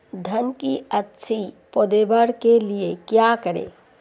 धान की अच्छी पैदावार के लिए क्या करें?